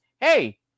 hey